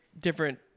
different